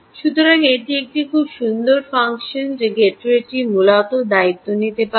সুতরাং এটি একটি খুব সুন্দর ফাংশন যা গেটওয়েটি মূলত দায়িত্ব নিতে পারে